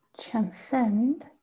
transcend